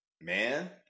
man